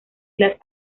las